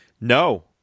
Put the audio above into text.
No